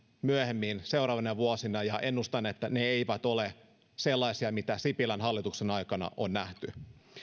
myöhemmin seuraavina vuosina ennustan että ne eivät ole sellaisia mitä sipilän hallituksen aikana on nähty